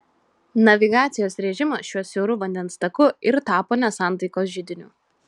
navigacijos režimas šiuo siauru vandens taku ir tapo nesantaikos židiniu